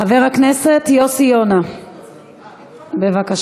חבר הכנסת יוסי יונה, בבקשה,